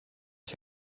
ich